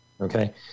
Okay